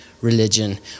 religion